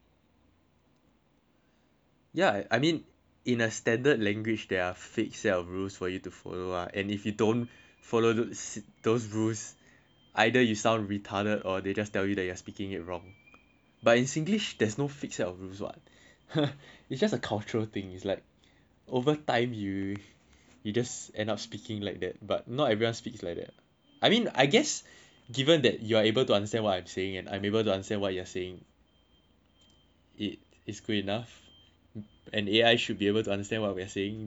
ya I mean in a standard language there are a fixed set of rules for you to follow ah and if you don't follow those rules either you sound retarded or they just tell you that you're speaking it wrong but in singlish there's no fixed set of rules what !huh! it's just a cultural thing it's like over time you you just end up speaking like that but not everyone speaks like that I mean I guess given that you're able to understand what I'm saying and I'm able to understand what you're saying it is great enough and A_I should be able to understand what we're saying then